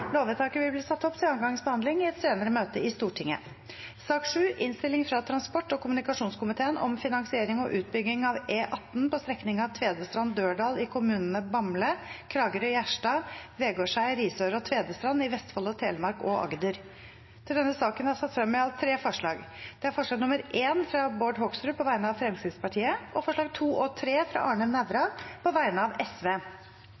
Lovvedtaket vil bli ført opp til andre gangs behandling i et senere møte i Stortinget. Under debatten er det satt frem i alt tre forslag. Det er forslag nr. 1, fra Bård Hoksrud på vegne av Fremskrittspartiet forslagene nr. 2 og 3, fra Arne